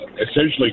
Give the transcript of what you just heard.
essentially